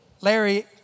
Larry